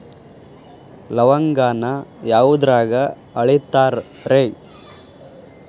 ಲವಂಗಾನ ಯಾವುದ್ರಾಗ ಅಳಿತಾರ್ ರೇ?